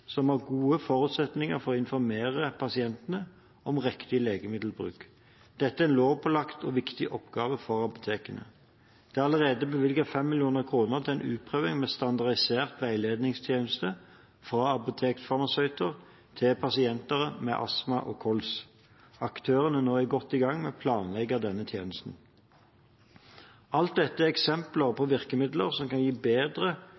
som har gode forutsetninger for å informere pasientene om riktig legemiddelbruk. Dette er en lovpålagt og viktig oppgave for apotekene. Det er allerede bevilget 5 mill. kr til en prøveordning med standardiserte veiledningstjenester fra apotekfarmasøyter til pasienter med astma eller kols. Aktørene er nå godt i gang med å planlegge denne tjenesten. Alt dette er eksempler på virkemidler som kan gi bedre